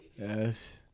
Yes